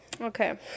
okay